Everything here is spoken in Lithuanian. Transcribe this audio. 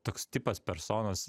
toks tipas personos